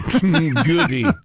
goody